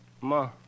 Ma